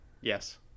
Yes